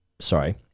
sorry –